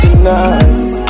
Tonight